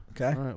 Okay